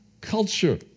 culture